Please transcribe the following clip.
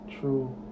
true